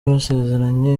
basezeranye